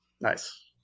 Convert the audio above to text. Nice